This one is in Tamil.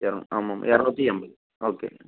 எரநூ ஆமாம்மா இரநூத்தி ஐம்பது ஓகேங்க